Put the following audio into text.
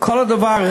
כל הדבר,